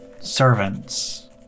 servants